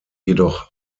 jedoch